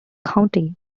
county